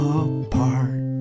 apart